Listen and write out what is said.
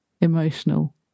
emotional